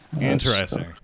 Interesting